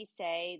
say